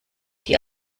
die